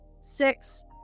Six